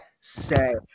say